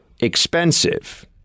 expensive